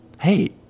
Hey